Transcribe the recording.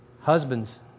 Husbands